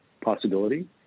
possibility